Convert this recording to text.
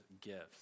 gifts